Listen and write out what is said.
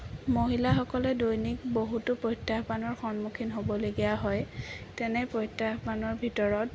মহিলাসকলে দৈনিক বহুতো প্ৰত্যাহ্বানৰ সন্মুখীন হ'বলগীয়া হয় তেনে প্ৰত্যাহ্বানৰ ভিতৰত